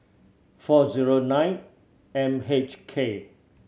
four zero nine M H K